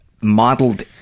modeled